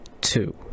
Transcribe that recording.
two